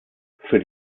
für